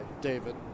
David